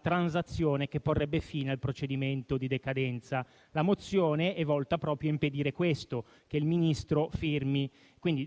transazione che porrebbe fine al procedimento di decadenza. La mozione è volta proprio a impedire che il Ministro firmi.